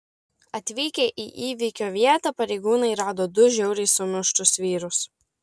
atvykę į įvykio vietą pareigūnai rado du žiauriai sumuštus vyrus